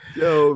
yo